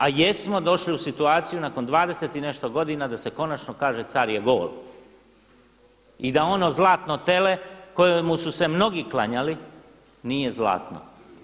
A jesmo došli u situaciju nakon 20 i nešto godina da se konačno kaže car je gol i da ono zlatno tele kojemu su se mnogi klanjali nije zlatno.